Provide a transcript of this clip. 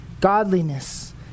godliness